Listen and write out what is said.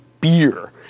beer